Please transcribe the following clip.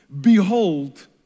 Behold